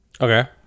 okay